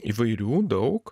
įvairių daug